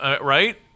right